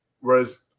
Whereas